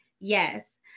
Yes